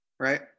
Right